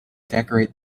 decorate